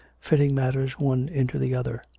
fitting matters one into the other.